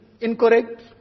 incorrect